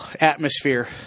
atmosphere